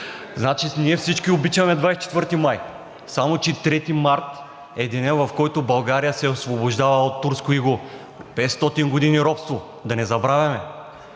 Значи, ние всички обичаме 24 май, само че 3 март е денят, в който България се освобождава от турско иго. 500 години робство – да не забравяме!